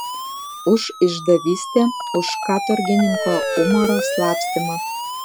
už išdavystę už katorgininko umaro slapstymą